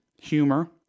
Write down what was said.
humor